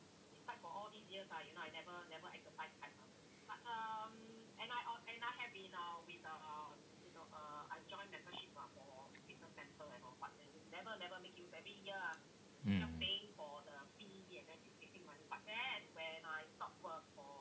mm